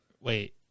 wait